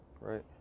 Right